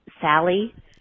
Sally